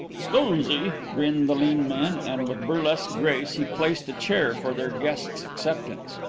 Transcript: scusi, grinned the lean man, and with burlesque grace he placed a chair for their guest's acceptance.